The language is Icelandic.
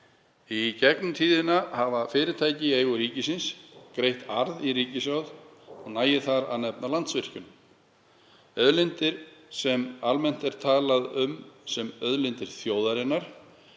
Í gegnum tíðina hafa fyrirtæki í eigu ríkisins greitt arð í ríkissjóð og nægir þar að nefna Landsvirkjun. Auðlindir sem almennt er talað um sem auðlindir „þjóðarinnar“